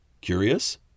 Curious